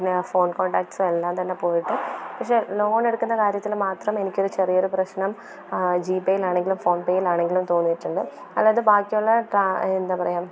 പിന്നെ phone contacts എല്ലാംതന്നെ പോയിട്ട് പക്ഷെ ലോണെടുക്കുന്ന കാര്യത്തിൽ മാത്രം എനിക്കൊരു ചെറിയൊരു പ്രശ്നം ജീപ്പേയിലാണെങ്കിലും ഫോൺപ്പേയിലാണെങ്കിലും തോന്നിയിട്ടുണ്ട് അല്ലാതെ ബാക്കിയുള്ള എന്താപറയുക